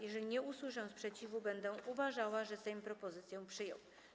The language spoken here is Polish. Jeżeli nie usłyszę sprzeciwu, będę uważała, że Sejm propozycję przyjął.